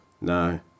No